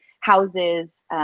houses